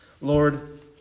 Lord